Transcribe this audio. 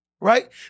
Right